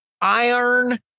iron